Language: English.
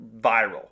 viral